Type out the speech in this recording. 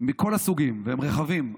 מכל הסוגים, והם רחבים.